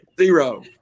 Zero